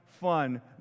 fun